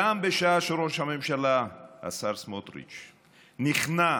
גם בשעה שראש הממשלה נכנע לחמאס,